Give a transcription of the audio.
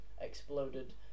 exploded